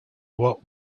what